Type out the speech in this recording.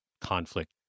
conflict